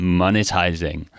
monetizing